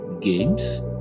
games